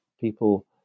people